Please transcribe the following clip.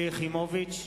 שלי יחימוביץ,